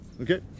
okay